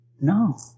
No